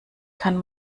kann